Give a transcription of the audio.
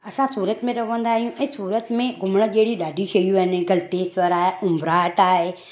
असां सूरत में रहंदा आहियूं ऐं सूरत में घुमणु जहिड़ियूं ॾाढी शयूं आइन गलतेश्वर आए उम्बराहट आहे